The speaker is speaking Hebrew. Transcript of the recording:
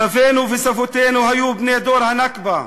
סבינו וסבותינו היו בני דור הנכבה.